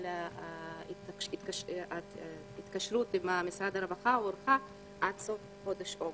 אבל ההתקשרות עם משרד הרווחה הוארכה עד סוף חודש אוגוסט.